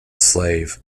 slave